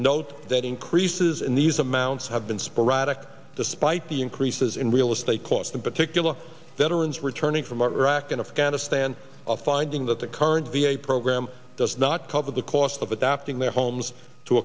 note that increases in these amounts have been sporadic despite the increases in real estate course that particular veterans returning from iraq and afghanistan a finding that the current v a program does not cover the cost of adapting their homes to